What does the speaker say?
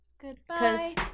Goodbye